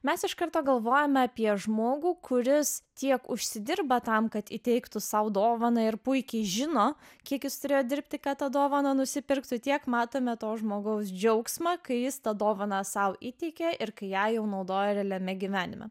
mes iš karto galvojame apie žmogų kuris tiek užsidirba tam kad įteiktų sau dovaną ir puikiai žino kiek jis turėjo dirbti kad tą dovaną nusipirktų tiek matome to žmogaus džiaugsmą kai jis tą dovaną sau įteikė ir kai ją jau naudoja realiame gyvenime